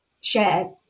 share